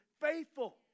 faithful